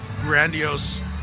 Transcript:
grandiose